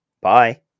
Bye